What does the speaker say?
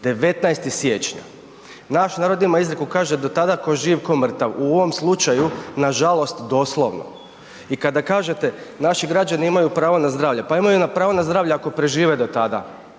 19. siječnja, naš narod ima izreku, kaže do tada tko živ, tko mrtav, u ovom slučaju, nažalost doslovno i kada kažete naši građani imaju pravo na zdravlje, pa imaju pravo na zdravlje ako prežive do tada,